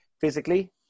physically